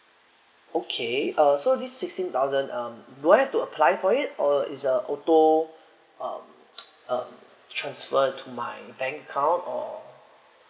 okay uh so this sixteen thousand um do I have to apply for it or is a auto um um transferred to my bank account or